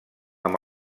amb